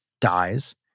dies